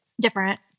different